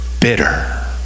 bitter